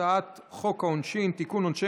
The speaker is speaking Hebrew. הצעת חוק העונשין (תיקון,